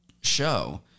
show